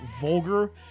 vulgar